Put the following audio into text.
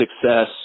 success